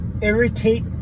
irritate